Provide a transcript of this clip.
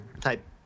type